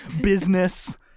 Business